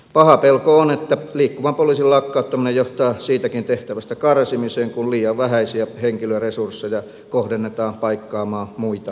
paha pelko on että liikkuvan poliisin lakkauttaminen johtaa siitäkin tehtävästä karsimiseen kun liian vähäisiä henkilöresursseja kohdennetaan paikkaamaan muita aukkoja